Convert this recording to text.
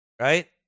Right